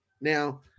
Now